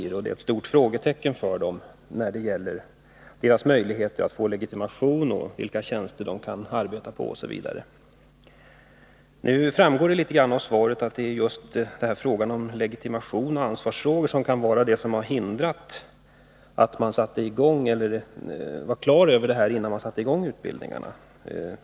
För dem är det ett stort frågetecken vilka möjligheter de har att få legitimation, vilka tjänster de kan få osv. Nu framgår det delvis av svaret att just frågan om legitimation och ansvarsfrågor var det som gjorde att man inte var klar över vilka tjänster den delen av utbildningen skulle leda till.